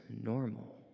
normal